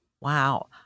Wow